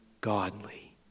Godly